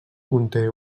conté